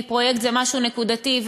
כי פרויקט זה משהו נקודתי,